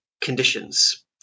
conditions